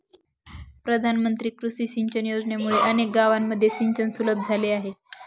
प्रधानमंत्री कृषी सिंचन योजनेमुळे अनेक गावांमध्ये सिंचन सुलभ झाले आहे